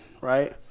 right